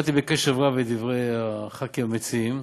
שמעתי בקשב רב את דברי הח"כים המציעים,